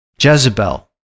Jezebel